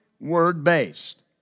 word-based